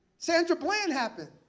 sandra bland happened.